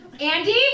Andy